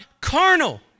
carnal